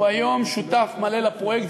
היום הוא שותף מלא לפרויקט,